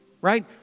right